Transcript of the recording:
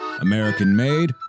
American-made